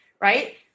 right